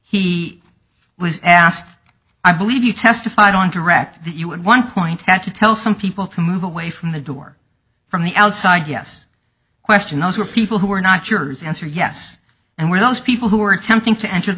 he was asked i believe you testified on direct that you would one point had to tell some people to move away from the door from the outside yes question those were people who were not jurors answer yes and were those people who are attempting to enter the